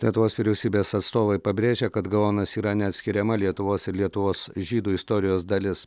lietuvos vyriausybės atstovai pabrėžia kad gaonas yra neatskiriama lietuvos ir lietuvos žydų istorijos dalis